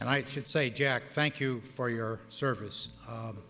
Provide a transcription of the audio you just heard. and i should say jack thank you for your service